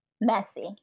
Messy